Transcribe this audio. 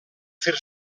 fer